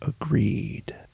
agreed